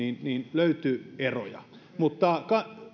löytyi eroja mutta